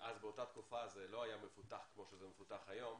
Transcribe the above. אז באותה תקופה זה לא היה מפותח כפי שזה מפותח היום,